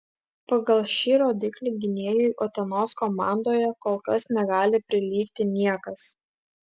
pagal šį rodiklį gynėjui utenos komandoje kol kas negali prilygti niekas